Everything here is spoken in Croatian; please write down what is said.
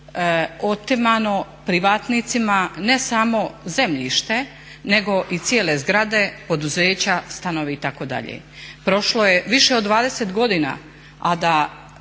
otimano privatnicima ne samo zemljište nego i cijele zgrade, poduzeća, stanovi itd. Prošlo je više od 20 godina od